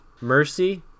Mercy